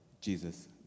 Jesus